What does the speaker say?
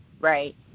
right